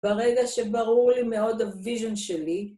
ברגע שברור לי מאוד הוויזיון שלי